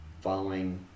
following